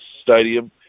stadium